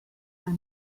are